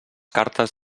cartes